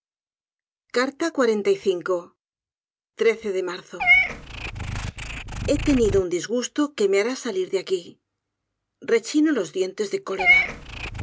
de marzo he tenido uii disgusto que rae hará salir de aqui rechinó los dienteis de cólera